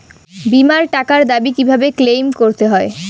বিমার টাকার দাবি কিভাবে ক্লেইম করতে হয়?